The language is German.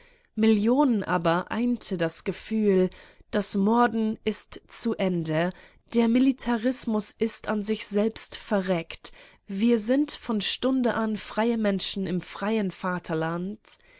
millionen aber einte das gefühl das morden ist zu ende der militarismus ist an sich selbst verreckt wir sind von stunde an freie menschen im freien vaterland